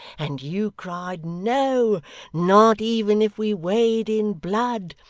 and you cried no not even if we wade in blood,